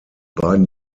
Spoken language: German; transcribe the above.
beiden